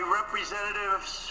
representatives